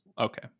okay